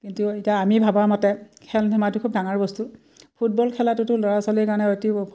কিন্তু এতিয়া আমি ভাবা মতে খেল ধেমালিটো খুব ডাঙৰ বস্তু ফুটবল খেলাটোতো ল'ৰা ছোৱালীৰ কাৰণে অতি